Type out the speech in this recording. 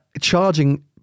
Charging